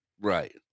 Right